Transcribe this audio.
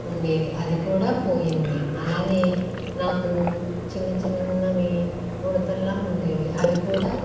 ఉండేవి అది కూడా పోయింది అలాగే నాకు చిన్న చిన్నవి ముడతల్లా ఉండేవి అవి కూడా